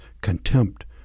contempt